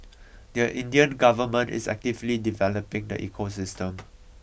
the Indian government is actively developing the ecosystem